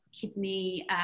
Kidney